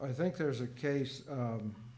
i think there's a case